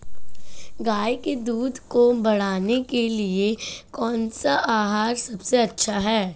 गाय के दूध को बढ़ाने के लिए कौनसा आहार सबसे अच्छा है?